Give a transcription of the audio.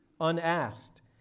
Unasked